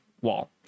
wall